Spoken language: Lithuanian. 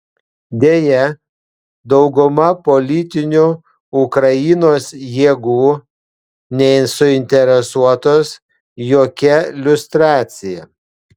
deja dauguma politinių ukrainos jėgų nesuinteresuotos jokia liustracija